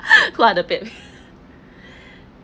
quite a bit